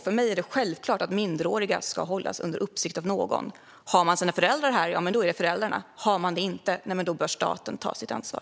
För mig är det självklart att minderåriga ska hållas under uppsikt av någon. Har man sina föräldrar här är det föräldrarna som har det ansvaret. Har man det inte bör staten ta sitt ansvar.